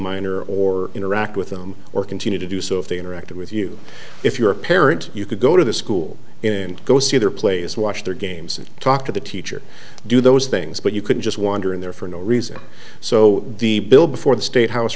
minor or interact with them or continue to do so if they interacted with you if you're a parent you could go to the school in go see their plays watch their games talk to the teacher do those things but you could just wander in there for no reason so the bill before the state house